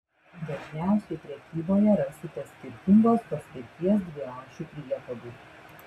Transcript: dažniausiai prekyboje rasite skirtingos paskirties dviašių priekabų